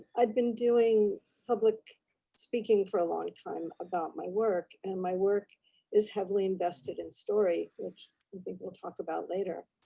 i'd been doing public speaking for a long time about my work, and my work is heavily invested in story, which i think we'll talk about later.